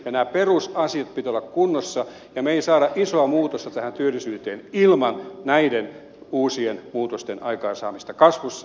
näiden perusasioiden pitää olla kunnossa ja me emme saa isoa muutosta työllisyyteen ilman näiden uusien muutosten aikaansaamista kasvussa ja viennissä